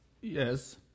Yes